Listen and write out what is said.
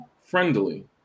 friendly